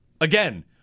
again